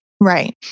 Right